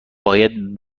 باید